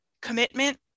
commitment